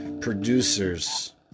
producers